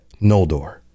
Noldor